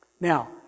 Now